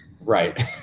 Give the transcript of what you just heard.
right